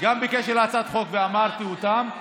גם בקשר להצעת החוק, ואמרתי אותם,